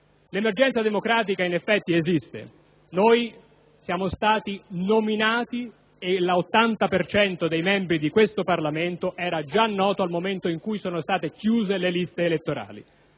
L'emergenza democratica in effetti esiste. Noi siamo stati nominati e l'80 per cento dei membri di questo Parlamento era già noto al momento in cui sono state chiuse le liste elettorali.